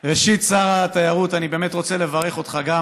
ראשית, שר התיירות, אני באמת רוצה לברך אותך על